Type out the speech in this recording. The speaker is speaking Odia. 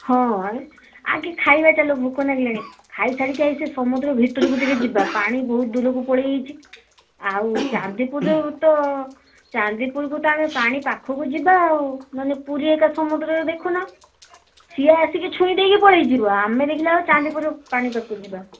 ହଁ ଆଗେ ଖାଇବା ଚାଲ ଭୋକ ନାଗିଲାଣି ଖାଇସାରିକି ହାଏ ସେ ସମୁଦ୍ର ଭିତରକୁ ଟିକିଏ ଯିବା ପାଣି ବହୁତ ଦୂରକୁ ପଳେଇଯାଇଛି ଆଉ ଚାନ୍ଦିପୁରର ତ ଚାନ୍ଦିପୁରରେ ତ ଆମେ ପାଣି ପାଖକୁ ଯିବା ଆଉ ମାନେ ପୁରୀ ଏକା ସମୁଦ୍ରରେ ଦେଖୁନ ସିଏ ଆସିକି ଛୁଇଁଦେଇକି ପଳେଇଯିବ ଆମେ ଦେଖିଲାବେଳକୁ ଚାନ୍ଦିପୁର ପାଣି ପାଖକୁ ଯିବା